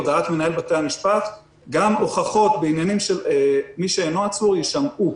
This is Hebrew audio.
פי הודעת בתי המשפט גם הוכחות בעניינים של מי שאינו עצור יישמעו,